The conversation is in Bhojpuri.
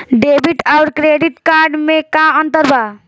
डेबिट आउर क्रेडिट कार्ड मे का अंतर बा?